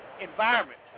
environment